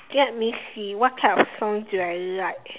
let me see what type of songs do I like